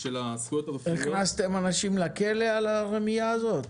של הזכויות הרפואיות --- הכנסתם אנשים לכלא על הרמייה הזאת?